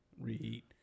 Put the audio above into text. reheat